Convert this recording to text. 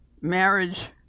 marriage